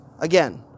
again